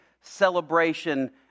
celebration